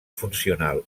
funcional